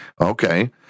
Okay